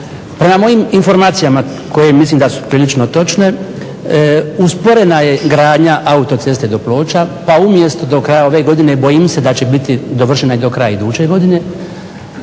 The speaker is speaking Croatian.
Prema mojim informacijama koje mislim da su prilično točne usporena je gradnja autoceste do Ploča pa umjesto do kraja ove godine bojim se da će biti dovršena i do kraja iduće godine,